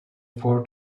four